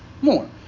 more